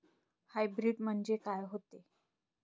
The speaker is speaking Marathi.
हाइब्रीड म्हनजे का होते?